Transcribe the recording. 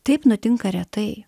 taip nutinka retai